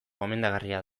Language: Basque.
gomendagarria